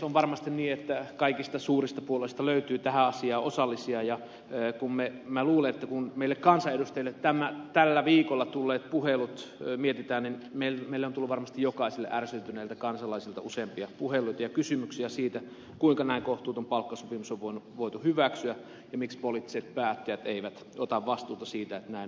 on varmasti niin että kaikista suurista puolueista löytyy tähän asiaan osallisia ja minä luulen että kun meille kansanedustajille tällä viikolla tulleet puhelut mietitään niin meille on tullut varmasti jokaiselle ärsyyntyneiltä kansalaisilta useampia puheluita ja kysymyksiä siitä kuinka näin kohtuuton palkkasopimus on voitu hyväksyä ja miksi poliittiset päättäjät eivät ota vastuuta siitä että näin on tapahtunut